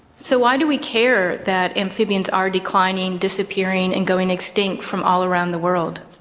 so why do we care that amphibians are declining, disappearing and going extinct from all around the world?